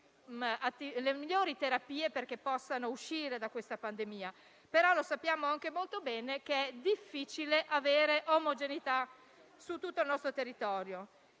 le migliori terapie perché possano uscire da questa pandemia, ma sappiamo anche molto bene che è difficile avere omogeneità su tutto il nostro territorio.